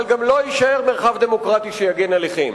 אבל גם לא יישאר מרחב דמוקרטי שיגן עליכם.